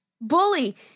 Bully